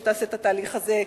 שתעשה את התהליך הזה,